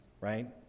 right